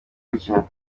gukina